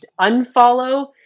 unfollow